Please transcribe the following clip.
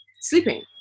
sleeping